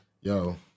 Yo